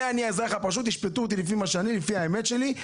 האזרח הפשוט, תשפטו אותי לפי האמת שלי.